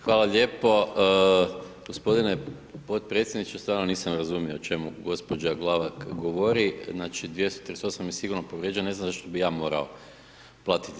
Hvala lijepo, gospodine podpredsjedniče stvarno nisam razumio o čemu gospođa Glavak govori, znači 238. je sigurno povrijeđen ne znam zašto bi ja morao platiti